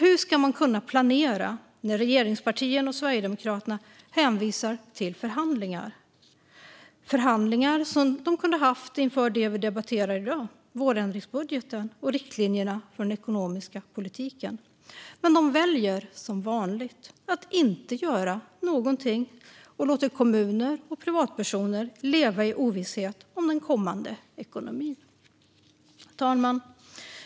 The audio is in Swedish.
Hur ska man kunna planera när regeringspartierna och Sverigedemokraterna hänvisar till förhandlingar? Detta är förhandlingar som de kunde ha haft inför det som vi debatterar i dag, nämligen vårändringsbudgeten och riktlinjerna för den ekonomiska politiken. Men de väljer som vanligt att inte göra någonting och låter kommuner och privatpersoner leva i ovisshet om den kommande ekonomin. Fru talman!